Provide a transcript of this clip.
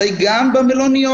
הרי גם במלוניות